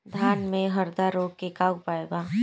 धान में हरदा रोग के का उपाय बा?